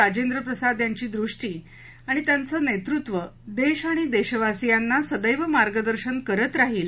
राजेंद्र प्रसाद यांची दृष्टी आणि त्याचं नेतृत्व देश आणि देशवासियांना सदैव मार्गदर्शन करत राहील